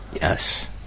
yes